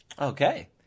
Okay